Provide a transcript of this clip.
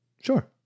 Sure